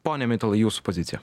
pone mitalai jūsų pozicija